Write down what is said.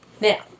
Now